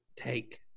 take